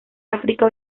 áfrica